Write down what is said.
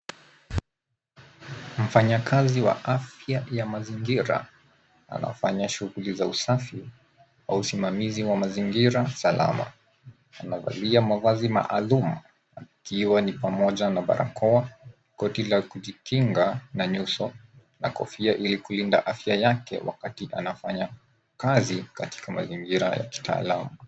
Mfanyakazi wa afya ya mazingira anafanya shughuli za usafi kwa usimamizi wa mazingira salama. Amevalia mavazi maalum ikiwa ni pamoja na barakoa, koti la kujikinga na nyuso na kofia ili kulinda afya yake wakati anafanya kazi katika mazingira ya kitaalamu.